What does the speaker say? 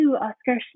Oscar